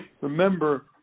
remember